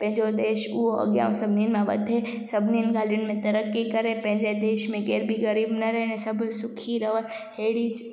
पंहिंजो देशु उहो अॻ्यां सभिनीनि मां वधे सभिनिनि ॻाल्हियुनि मां तरक़ी करे पंहिंजे देश में केर बि ग़रीबु न रहे सभु सुखी रहनि अहिड़ी ज